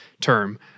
term